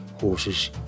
horses